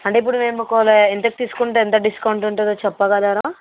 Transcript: అంటే ఇప్పుడు మేము ఒకవేళ ఎంతది తీసుకుంటే ఎంత డిస్కౌంట్ ఉంటుందో చెప్పగలరా